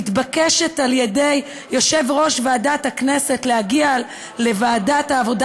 מתבקשת על-ידי יושב-ראש ועדת הכנסת להגיע לוועדת העבודה